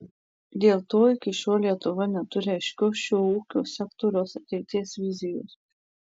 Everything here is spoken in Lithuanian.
dėl to iki šiol lietuva neturi aiškios šio ūkio sektoriaus ateities vizijos